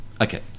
okay